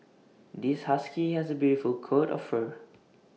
this husky has A beautiful coat of fur